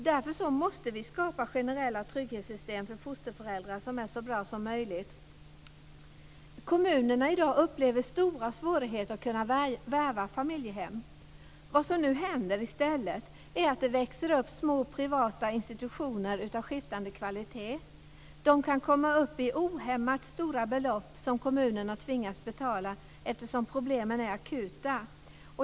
Därför måste vi för fosterföräldrar skapa generella trygghetssystem som är så bra som möjligt. Kommunerna upplever i dag stora svårigheter när det gäller att värva familjehem. Vad som nu händer är att det i stället växer upp små privata institutioner av skiftande kvalitet. Dessa kan göra att kommunerna tvingas betala ohämmat stora belopp, eftersom problemen är akuta.